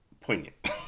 poignant